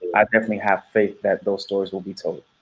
i'd definitely have faith that those stories will be told.